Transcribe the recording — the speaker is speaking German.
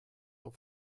auf